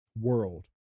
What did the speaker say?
world